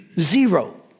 zero